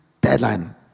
deadline